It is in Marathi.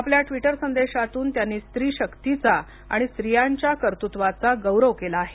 आपल्या ट्वीटर संदेशातून त्यांनी स्त्री शक्तीचा आणि स्त्रियांच्या कर्तृत्वाचा गौरव केला आहे